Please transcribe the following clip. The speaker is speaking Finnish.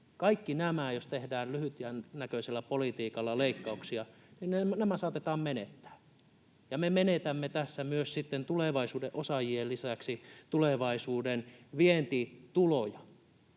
Jos tehdään lyhytnäköisellä politiikalla leikkauksia, kaikki nämä saatetaan menettää, ja me menetämme tässä sitten tulevaisuuden osaajien lisäksi myös tulevaisuuden vientituloja.